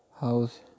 house